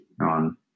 on